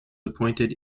appointed